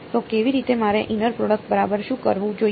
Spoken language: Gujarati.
તો કેવી રીતે મારે ઈનર પ્રોડક્ટ બરાબર શું કરવું જોઈએ